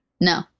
No